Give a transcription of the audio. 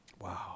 Wow